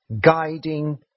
guiding